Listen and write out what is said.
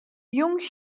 jung